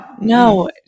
No